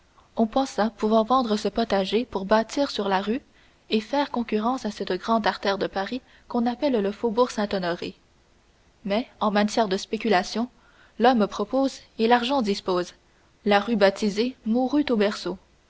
on pensa pouvoir vendre ce potager pour bâtir sur la rue et faire concurrence à cette grande artère de paris qu'on appelle le faubourg saint-honoré mais en matière de spéculation l'homme propose et l'argent dispose la rue baptisée mourut au berceau